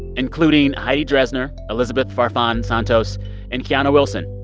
including heidi dresner, elizabeth farfan-santos and kiana wilson.